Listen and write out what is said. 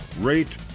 rate